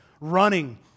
running